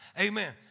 Amen